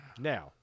Now